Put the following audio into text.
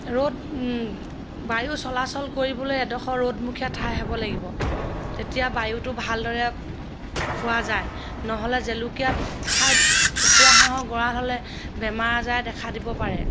ৰ'দ বায়ু চলাচল কৰিবলৈ এডোখৰ ৰ'দমুখীয়া ঠাই হ'ব লাগিব তেতিয়া বায়ুটো ভালদৰে পোৱা যায় নহ'লে জেলুকাত ঠাইত কুকুৰা হাঁহৰ গঁড়াল হ'লে বেমাৰ আজাৰে দেখা দিব পাৰে